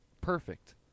perfect